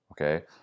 Okay